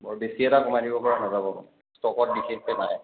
বৰ বেছি এটা কমাই থাকিব পৰা নাযাব ষ্টকত বিশেষকৈ নাই